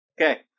Okay